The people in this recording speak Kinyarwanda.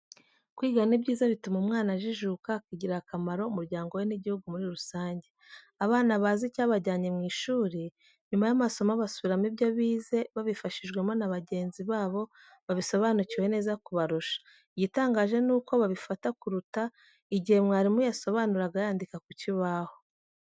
Kwiga ni byiza bituma umwana ajijuka, akigirira akamaro, umuryango we n'igihugu muri rusange. Abana bazi icyabajyanye mu ishuri, nyuma y'amasomo basubiramo ibyo bize babifashijwemo na bagenzi babo babisobanukiwe neza kubarusha, igitangaje nuko babifata kuruta igihe mwarimu yasobanuraga yandika ku kibaho.